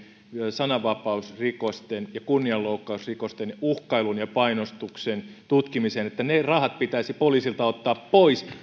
sananvapausrikosten ja kunnianloukkausrikosten uhkailun ja painostuksen tutkimiseen pitäisi poliisilta ottaa pois